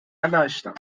erleichtern